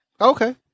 Okay